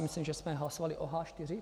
Myslím, že jsme hlasovali o H4.